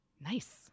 Nice